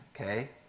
okay